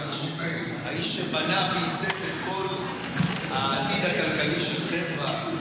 האיש שבנה ועיצב את כל העתיד הכלכלי של טבע.